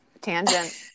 Tangent